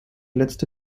letzte